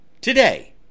today